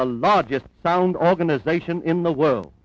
lot just sound organization in the world